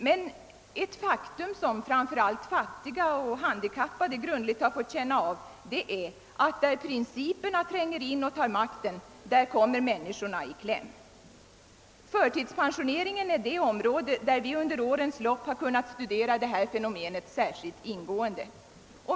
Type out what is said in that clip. Men ett faktum som framför allt fattiga och handikappade grundligt fått känna av är att där principerna tränger in och tar makten kommer människorna i kläm. Förtidspensioneringen utgör det område där vi under årens lopp har kunnat studera detta fenomen särskilt ingående.